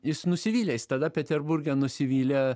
jis nusivylė jis tada peterburge nusivylė